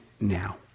now